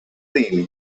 theme